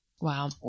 Wow